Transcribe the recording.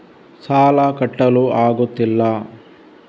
ಸಾಲ ಕಟ್ಟಲು ಆಗುತ್ತಿಲ್ಲ